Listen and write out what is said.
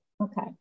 Okay